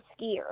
skier